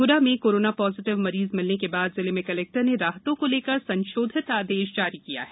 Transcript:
गुना में कोरोना ॉजिपिव मरीज मिलने के बाद जिले में कलेक र ने राहतों को लेकर सशोधित आदेश जारी किया है